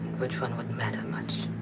which one wouldn't matter much.